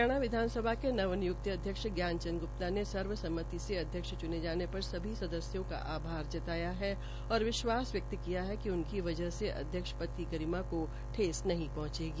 हरियाणा विधानसभा के नव नियुक्त अध्यक्ष ज्ञान चंद गुप्ता ने सर्वसम्मति से अध्यक्ष च्ने जाने पर सभी सदस्यों का आभार जताया है और विश्वास व्यक्त किया है कि उनकी वजह से अध्यक्ष पद की गरिमा को ठेस नहीं पहंचेगी